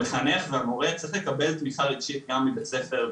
המחנך צריך לקבל תמיכה רגשית מבית הספר,